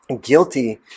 guilty